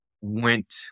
went